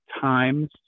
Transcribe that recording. times